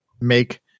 make